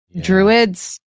Druids